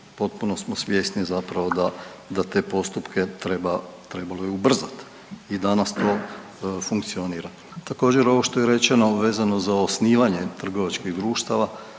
potpuno smo svjesni zapravo da te postupke treba, trebalo je ubrzati i danas to funkcionira. Također ovo što je rečeno vezano za osnivanje trgovačkih društava,